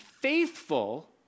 faithful